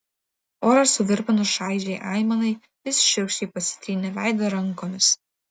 orą suvirpinus šaižiai aimanai jis šiurkščiai pasitrynė veidą rankomis